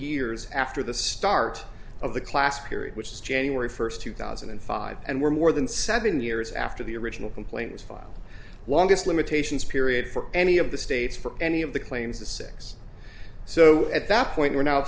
years after the start of the class period which is january first two thousand and five and we're more than seven years after the original complaint was filed longest limitations period for any of the states for any of the claims the six so at that point were now